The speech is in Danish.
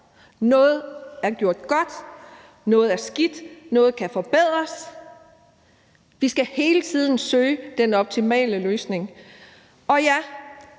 Noget er gjort godt, noget er skidt, noget kan forbedres. Vi skal hele tiden søge den optimale løsning, og ja,